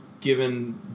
given